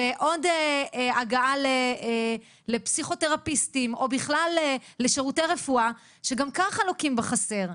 ועוד הגעה לפסיכותרפיסטים או בכלל לשירותי רפואה שגם ככה לוקים בחסר.